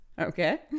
Okay